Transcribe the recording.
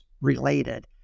related